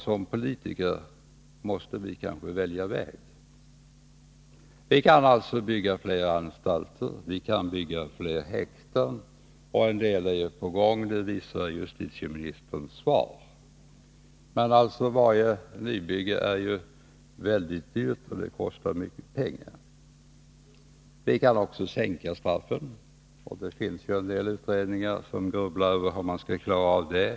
Som politiker måste vi kanske välja väg. Vi kan bygga fler anstalter och fler häkten. En del är ju på gång, det visar justitieministerns svar, men varje nybygge kostar mycket pengar. Vi kan också sänka straffen. Det finns en del utredningar som grubblar över hur man skall klara av det.